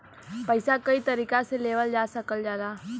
पइसा कई तरीका से लेवल जा सकल जाला